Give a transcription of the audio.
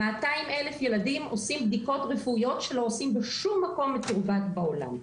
200,000 ילדים עושים בדיקות רפואיות שלא עושים בשום מקום מתורבת בעולם.